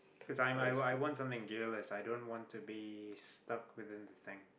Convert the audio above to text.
cause I I I want something gearless i don't want to be stuck within the thing